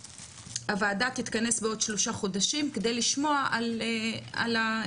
הוועדה תתכנס בעוד שלושה חודשים כדי לשמוע על העדכון